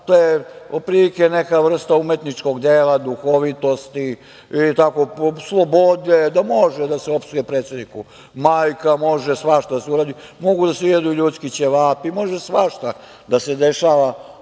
To je otprilike neka vrsta umetničkog dela, duhovitosti, slobode, da može da se opsuje predsedniku majka, može svašta da se uradi. Mogu da se jedu ljudski ćevapi, može svašta da se dešava, ali sudije